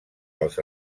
dels